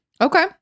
Okay